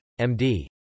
MD